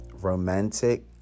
romantic